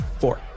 Four